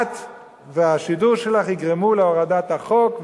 את והשידור שלך יגרמו להורדת החוק,